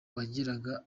yagiraga